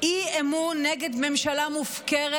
אי-אמון נגד ממשלה מופקרת,